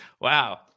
wow